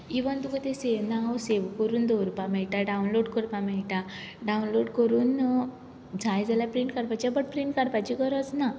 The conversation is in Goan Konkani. इवन तुका तें सेव नाव सेव करून दवरपाक मेळटा डावनलोड करपाक मेळटा डावनलोड करून जाय जाल्यार प्रिंट काडपाचे बट प्रिंट काडपाची गरज ना